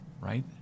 Right